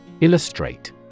Illustrate